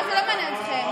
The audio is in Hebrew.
זה לא מעניין אתכם.